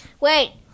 Wait